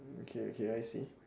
mm okay okay I see